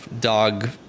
dog